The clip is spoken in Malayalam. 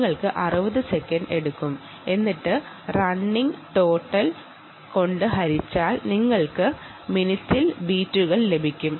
നിങ്ങൾ 60 സെക്കൻഡ് റണ്ണിംഗ് ടോട്ടൽ കൊണ്ട് ഹരിച്ചാൽ നിങ്ങൾക്ക് BPM ലഭിക്കും